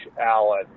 Allen